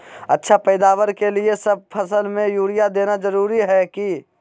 अच्छा पैदावार के लिए सब फसल में यूरिया देना जरुरी है की?